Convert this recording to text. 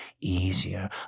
easier